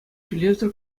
тӳлевсӗр